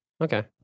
okay